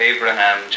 Abraham